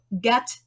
get